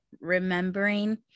remembering